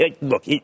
Look